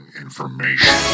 information